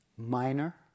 Minor